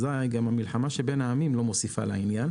אזי גם המלחמה שבין העמים לא מוסיפה לעניין.